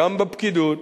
גם בפקידות,